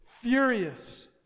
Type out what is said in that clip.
furious